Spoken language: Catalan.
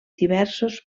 diversos